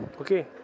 okay